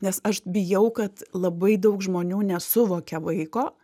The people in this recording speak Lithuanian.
nes aš bijau kad labai daug žmonių nesuvokia vaiko